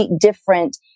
different